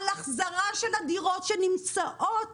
על החזרה של הדירות שנמצאות